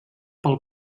pel